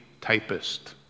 typist